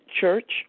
Church